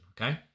Okay